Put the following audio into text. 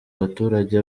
abaturage